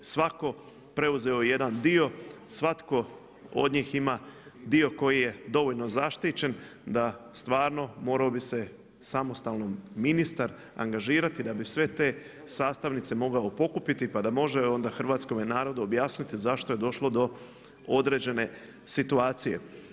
Svako je preuzeo jedan dio, svatko od njih ima dio koji je dovoljno zaštićen da stvarno morao bi se samostalno ministar angažirati da bi sve te sastavnice mogao pokupiti pa da može onda hrvatskom narodu objasniti zašto je došlo do određene situacije.